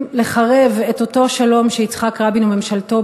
לחרב את אותו שלום שיצחק רבין וממשלתו,